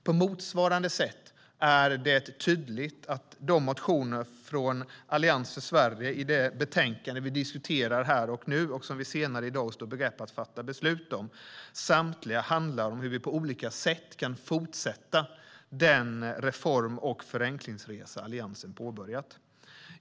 På motsvarande sätt är det tydligt att samtliga de motioner från Alliansen som tas upp i det betänkande som vi diskuterar här och nu och som vi senare i dag ska fatta beslut om handlar om hur vi på olika sätt kan fortsätta den reform och förenklingsresa som Alliansen har påbörjat. Herr talman!